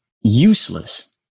useless